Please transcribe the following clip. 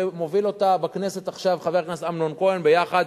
ומוביל אותה בכנסת עכשיו חבר הכנסת אמנון כהן יחד